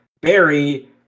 Barry